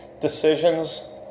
Decisions